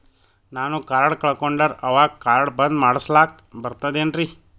ನಾನು ಕಾರ್ಡ್ ಕಳಕೊಂಡರ ಅವಾಗ ಕಾರ್ಡ್ ಬಂದ್ ಮಾಡಸ್ಲಾಕ ಬರ್ತದೇನ್ರಿ?